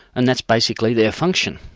and that's basically their function.